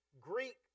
Greek